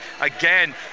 again